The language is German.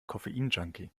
koffeinjunkie